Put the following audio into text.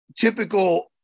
Typical-